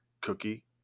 cookie